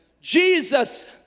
Jesus